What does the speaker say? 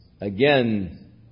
again